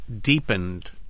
deepened